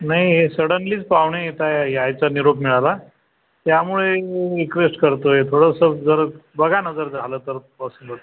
नाही सडन्लीच पाहुणे येत आहे यायचा निरोप मिळाला त्यामुळे रिक्वेस्ट करतोय थोडंसं जर बघा नं जर झालं तर पॉसिबल